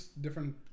different